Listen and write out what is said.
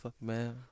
man